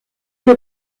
que